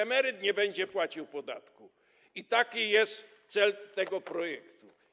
Emeryt nie będzie płacił podatku i taki jest cel tego projektu.